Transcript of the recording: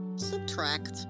Subtract